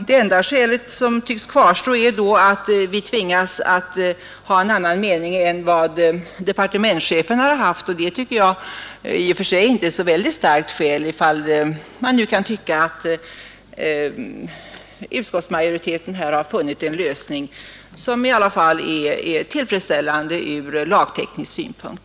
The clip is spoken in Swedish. Det enda skäl som då tycks kvarstå är att vi tvingas ha en annan mening än vad departementschefen haft, och det anser jag i och för sig inte är särskilt tungt vägande, då utskottsmajoriteten här har funnit en lösning som är tillfredsställande ur lagteknisk synpunkt.